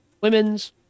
women's